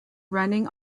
running